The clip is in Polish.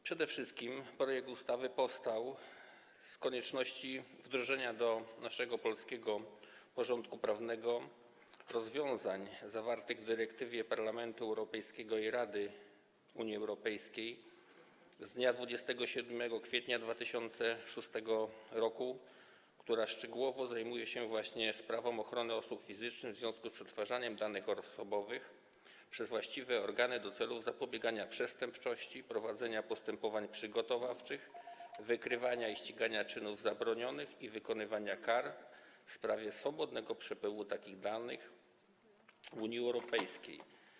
Przede wszystkim projekt ustawy powstał z konieczności wdrożenia do naszego polskiego porządku prawnego rozwiązań zawartych w dyrektywie Parlamentu Europejskiego i Rady Unii Europejskiej z dnia 27 kwietnia 2006 r., która szczegółowo zajmuje się właśnie sprawą ochrony osób fizycznych w związku z przetwarzaniem danych osobowych przez właściwe organy do celów zapobiegania przestępczości, prowadzenia postępowań przygotowawczych, wykrywania i ścigania czynów zabronionych i wykonywania kar, w sprawie swobodnego przepływu takich danych w Unii Europejskiej.